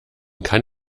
kann